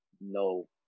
No